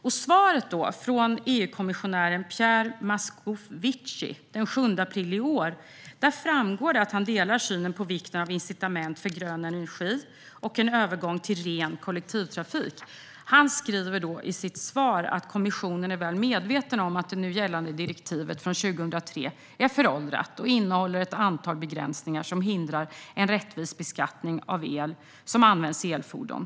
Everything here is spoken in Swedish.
I svaret från EU-kommissionären Pierre Moscovici den 7 april i år framgår det att han delar synen på vikten av incitament för grön energi och en övergång till ren kollektivtrafik. Han skriver i sitt svar att kommissionen är väl medveten om att det nu gällande direktivet från 2003 är föråldrat och innehåller ett antal begränsningar som hindrar en rättvis beskattning av el som används i elfordon.